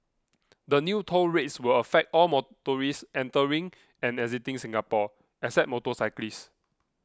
the new toll rates will affect all motorists entering and exiting Singapore except motorcyclists